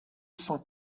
cent